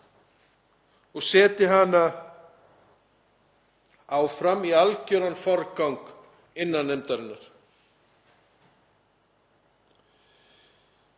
og setji hana áfram í algjöran forgang innan nefndarinnar.